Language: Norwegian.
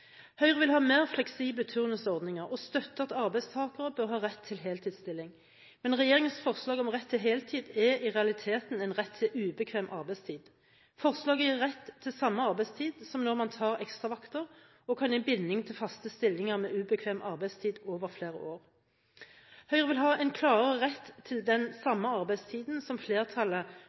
Høyre vil ha mer fleksible turnusordninger og støtter at arbeidstakere bør ha rett til heltidsstilling. Men regjeringens forslag om rett til heltid, er i realiteten en rett til ubekvem arbeidstid. Forslaget gir rett til samme arbeidstid som når man tar ekstravakter, og kan gi en binding til faste stillinger med ubekvem arbeidstid over flere år. Høyre vil ha en klarere rett til den samme arbeidstiden som flertallet